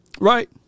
Right